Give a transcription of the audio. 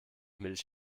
milch